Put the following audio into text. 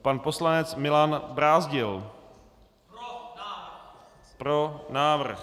Pan poslanec Milan Brázdil: Pro návrh.